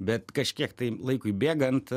bet kažkiek tai laikui bėgant